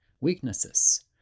weaknesses